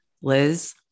Liz